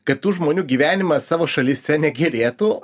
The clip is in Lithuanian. kad tų žmonių gyvenimas savo šalyse negerėtų